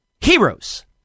Heroes